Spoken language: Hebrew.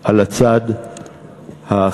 על הצד האחראי.